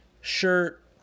shirt